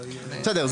בסדר,